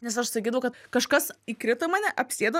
nes aš sakydavau kad kažkas įkrito mane apsėdo